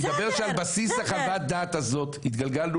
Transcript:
אני מדבר שעל בסיס חוות הדעת הזאת התגלגלנו